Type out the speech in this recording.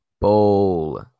Bowl